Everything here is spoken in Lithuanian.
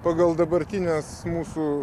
pagal dabartines mūsų